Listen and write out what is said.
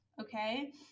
Okay